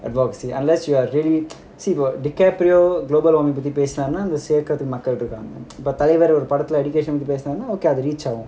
unless you're really see global warming அத சேர்க்குறதுக்கு மக்கள் இருக்காங்க தலைவரை ஒரு படத்துல:atha serkurathuku makkal irukaanga thalaivarai oru padathula additation பத்தி பேசுனாங்கன்னா ஓகே அது:pathi pesunangana ok adhu reach ஆகும்:aagum